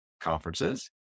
conferences